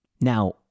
Now